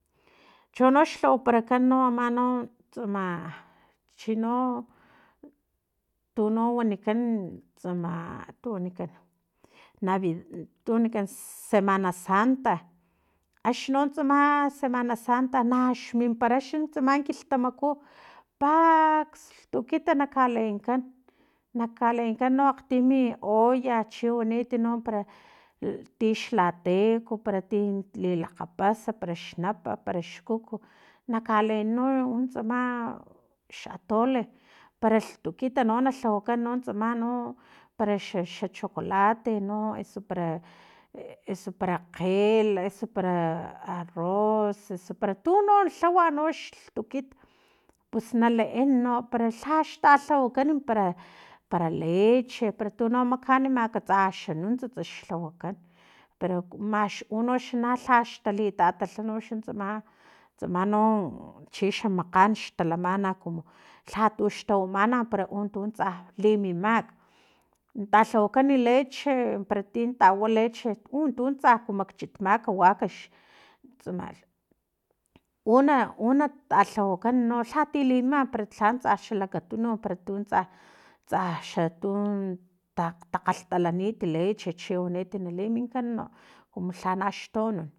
Chonox lhawaparakan no ama no tsama chino tuno wanikan tsama tu wanikan navi tu wanikan semana santa axnino tsama semana santa nax mimpara tsama kilhtamaku pax lhtukit kalenkan na nkalenkan no akgtimi olla chiwanit no para tix lateco tili lakgapas parax napa parax kuk nakaleni no uno tsama xatole para lhtukit no na lhawakan no tsama no para xax xa chocolate no esu para eso para kgel eso para a arroz eso para tu no lhawa xlhtukit pus naleen no para lhax talhawakan para para leche para tuno makanimak tsa xa nuntsatsa xlawakan pero como max unoxa lhax tali tatatla tsama tsama no chixa makgan xtalamana kumu lhatux tawamana para tu tsa limimak talhawakan leche pero tin tawama leche untu tsaku matchitmaka wakax tsamalh una una talhawakan noxlalhati limima para lhaxa lakatunu para tu tsa tsa xatu takgalhtalanit leche chi wanit na liminkan no kumu lhanaxtuanan